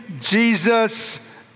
Jesus